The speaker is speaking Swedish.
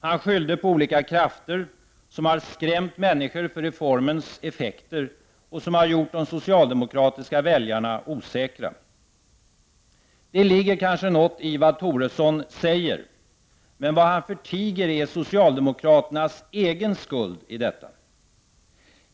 Han skyllde på olika krafter som har skrämt människor för reformens effekter och gjort de socialdemokratiska väljarna osäkra. Det ligger kanske något i vad Toresson säger, men vad han förtiger är socialdemokraternas egen skuld i detta.